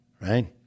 right